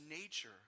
nature